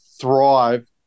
thrive